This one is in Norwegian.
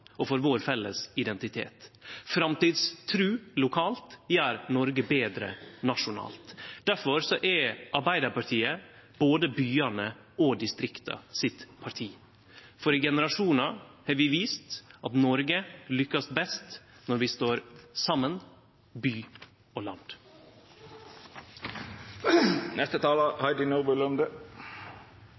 og for vår felles identitet. Framtidstru lokalt gjer Noreg betre nasjonalt. Difor er Arbeidarpartiet både byane og distrikta sitt parti, for i generasjonar har vi vist at Noreg lukkast best når vi står saman, by og land.